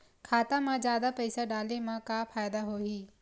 खाता मा जादा पईसा डाले मा का फ़ायदा होही?